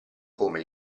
come